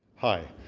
hi,